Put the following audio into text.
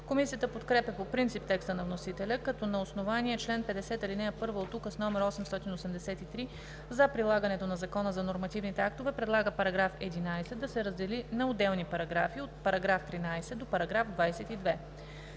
Комисията подкрепя по принцип текста на вносителя, като на основание чл. 50, ал. 1 от Указ № 883 за прилагането на Закона за нормативните актове предлага § 11 да се раздели на отделни параграфи от § 13 до 22: